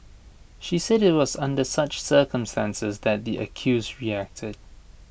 she said IT was under such circumstances that the accused reacted